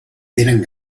tenen